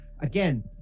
Again